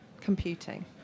computing